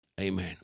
Amen